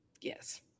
Yes